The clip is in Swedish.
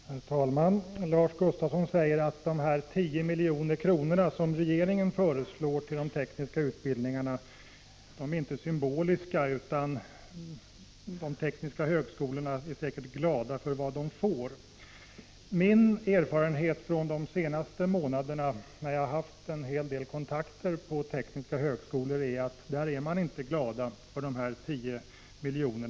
Herr talman! Lars Gustafsson säger att de 10 milj.kr. som regeringen föreslår till de tekniska utbildningarna inte är symboliska och att man på de tekniska högskolorna säkert är glad för vad man får. Min erfarenhet från de senaste månaderna, då jag har haft en hel del kontakter med tekniska högskolor, är att man där inte är glad för dessa 10 miljoner.